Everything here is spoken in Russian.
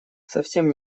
совсем